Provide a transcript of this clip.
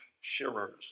shearers